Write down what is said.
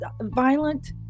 violent